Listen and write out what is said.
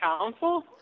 council